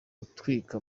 gutwika